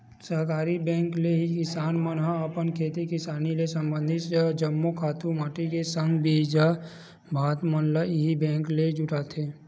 सहकारी बेंक ले ही किसान मन ह अपन खेती किसानी ले संबंधित जम्मो खातू माटी के संग बीजहा भात मन ल इही बेंक ले जुटाथे